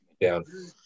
down